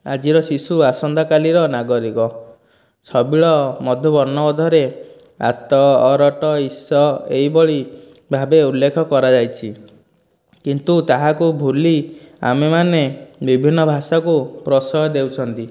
ଆଜିର ଶିଶୁ ଆସନ୍ତାକାଲିର ନାଗରିକ ଛବିଳ ମଧୁ ବର୍ଣ୍ଣବୋଧରେ ଆତ ଅରଟ ଇସ ଏହି ଭଳି ଭାବେ ଉଲ୍ଲେଖ କରାଯାଇଛି କିନ୍ତୁ ତାହାକୁ ଭୁଲି ଆମେମାନେ ବିଭିନ୍ନ ଭାଷାକୁ ପ୍ରଶୟ ଦେଉଛନ୍ତି